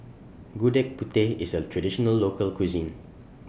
Gudeg Putih IS A Traditional Local Cuisine